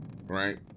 right